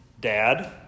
Dad